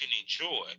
enjoy